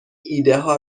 ایدهها